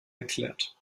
erklärt